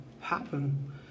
happen